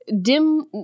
dim